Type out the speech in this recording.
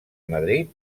madrid